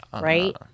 right